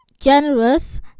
generous